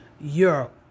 Europe